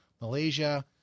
Malaysia